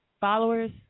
Followers